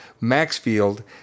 Maxfield